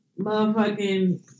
motherfucking